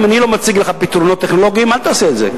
אם אני לא מציג לך פתרונות טכנולוגיים אל תעשה את זה.